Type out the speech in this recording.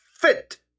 fit